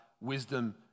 wisdom